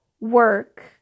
work